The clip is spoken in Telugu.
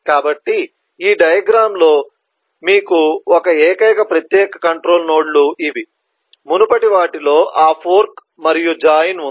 కాబట్టి ఈ డయాగ్రమ్ లో మీకు ఉన్న ఏకైక ప్రత్యేక కంట్రొల్ నోడ్లు ఇవి మునుపటి వాటిలో ఆ ఫోర్క్ మరియు జాయిన్ ఉంది